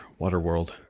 Waterworld